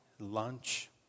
lunch